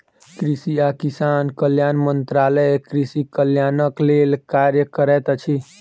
कृषि आ किसान कल्याण मंत्रालय कृषि कल्याणक लेल कार्य करैत अछि